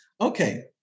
Okay